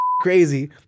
crazy